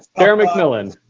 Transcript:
chair mcmillan?